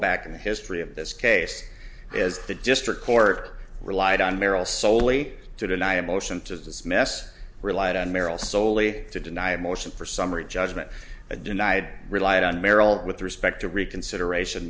back in the history of this case is the district court relied on merrill soley to deny a motion to dismiss relied on merrill solely to deny a motion for summary judgment that denied relied on merrill with respect to reconsideration